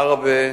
עראבה,